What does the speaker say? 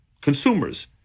consumers